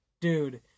Dude